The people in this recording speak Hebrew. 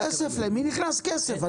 למי נכנס כסף?